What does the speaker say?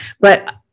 but-